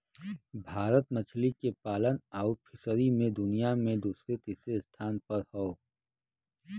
भारत मछली के पालन आउर फ़िशरी मे दुनिया मे दूसरे तीसरे स्थान पर हौ